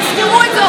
תזכרו את זה,